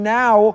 now